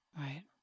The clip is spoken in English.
right